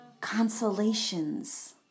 consolations